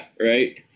Right